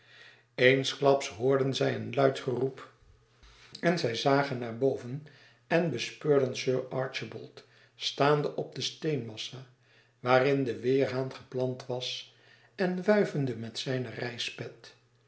eensklaps hoorden zij een luid geroep en zij zagen naar boven en bespeurden sir archibald staande op de steenmassa waarin de weêrhaan geplant was en wuivende met zijne reispet